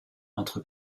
entre